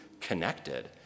connected